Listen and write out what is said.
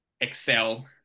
excel